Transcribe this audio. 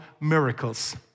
Miracles